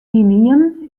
ynienen